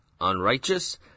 unrighteous